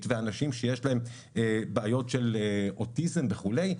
ואנשים שיש להם בעיות של אוטיזם וכולי,